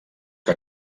que